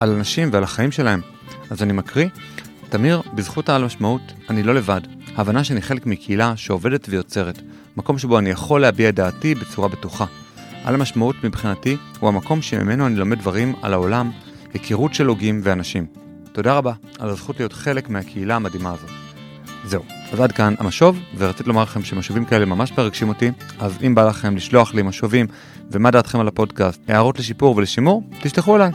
על אנשים ועל החיים שלהם. אז אני מקריא, תמיר, בזכות העל משמעות אני לא לבד. ההבנה שאני חלק מקהילה שעובדת ויוצרת. מקום שבו אני יכול להביע את דעתי בצורה בטוחה. העל המשמעות מבחינתי הוא המקום שממנו אני לומד דברים על העולם, היכירות של הוגים ואנשים. תודה רבה על הזכות להיות חלק מהקהילה המדהימה הזאת. זהו, אז עד כאן המשוב, ורציתי לומר לכם שמשובים כאלה ממש מרגשים אותי, אז אם בא לכם לשלוח לי משובים ומה דעתכם על הפודקאסט, הערות לשיפור ולשימור, תשלחו אלי.